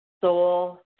soul